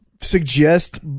suggest